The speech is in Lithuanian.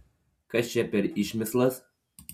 kas čia per išmislas